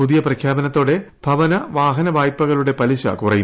പുതിയ പ്രഖ്യാപനത്തോടെ ഭവന വാഹനവായ്പകളുടെ പലിശ കുറയും